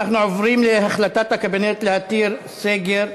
נעבור להצעות לסדר-היום בנושא: החלטת הקבינט להטיל סגר,